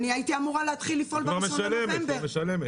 הייתי אמורה להתחיל לפעול ב-1 בנובמבר -- היא כבר משלמת.